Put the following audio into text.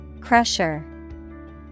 Crusher